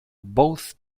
both